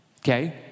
Okay